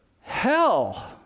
hell